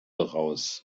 raus